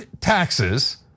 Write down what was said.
taxes